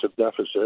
deficit